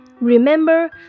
remember